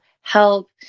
help